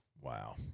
Wow